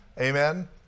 Amen